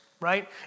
right